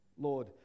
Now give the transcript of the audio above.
Lord